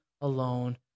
alone